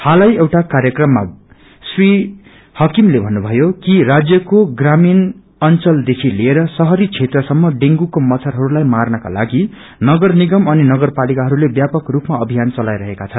हालै एउटा कार्यक्रममा भन्नुभ्नयो कि राज्यको ग्रामीण अंचलदेखि लिएर शहरी शहरी क्षेत्रसम्म डेंगूको मच्छरहरूलाई मार्नको लागि नगर निगम अनि नगरपालिकाहरूले व्यापक रूपमा अभियान चलाईरहेका छन्